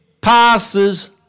passes